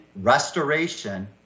restoration